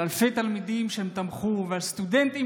על אלפי התלמידים שהם תמכו בהם ועל הסטודנטים